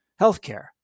healthcare